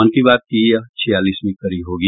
मन की बात की यह छियालीसवीं कड़ी होगी